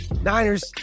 Niners